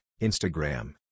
Instagram